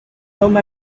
home